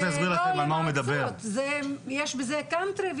יש בזה קאנטרי?